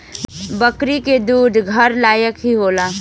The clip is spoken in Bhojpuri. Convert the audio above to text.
बकरी के दूध घर लायक ही होला